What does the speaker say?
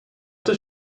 does